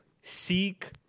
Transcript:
seek